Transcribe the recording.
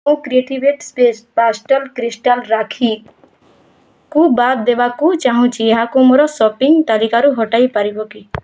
ମୁଁ creative space pastel crystal ରାକ୍ଷୀକୁ ବାଦ୍ ଦେବାକୁ ଚାହୁଁଛି ଏହାକୁ ମୋର ସପିଙ୍ଗ୍ ତାଲିକାରୁ ହଟାଇ ପାରିବ କି